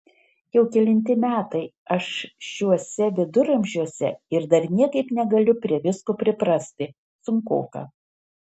jau kelinti metai aš šiuose viduramžiuose ir dar niekaip negaliu prie visko priprasti sunkoka